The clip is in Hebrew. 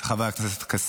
זה גם חבר הכנסת כסיף,